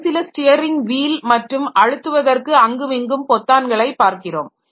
ஒரு சில steering wheel மற்றும் அழுத்துவதற்க்கு அங்குமிங்கும் பொத்தான்களை பார்க்கிறோம்